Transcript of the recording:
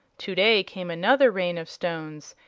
today came another rain of stones,